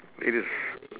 it is